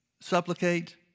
supplicate